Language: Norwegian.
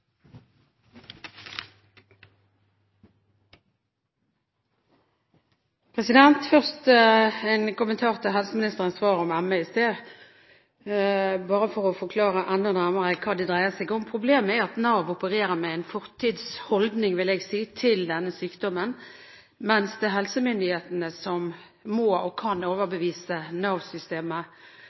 Først en kommentar til helseministerens svar om ME i sted, bare for å forklare enda nærmere hva det dreier seg om. Problemet er at Nav opererer med en fortidsholdning, vil jeg si, til denne sykdommen, mens det er helsemyndighetene som må og kan overbevise